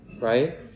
right